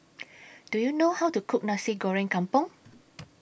Do YOU know How to Cook Nasi Goreng Kampung